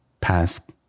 pass